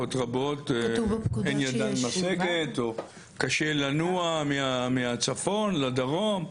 קשה לנוע מהצפון לדרום,